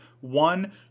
One